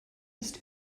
ist